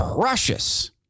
precious